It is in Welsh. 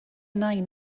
nain